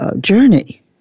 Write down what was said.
journey